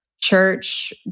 church